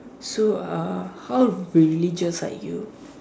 so uh how religious are you